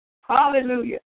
Hallelujah